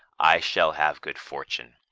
i shall have good fortune.